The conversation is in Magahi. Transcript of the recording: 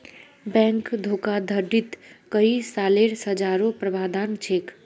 बैंक धोखाधडीत कई सालेर सज़ारो प्रावधान छेक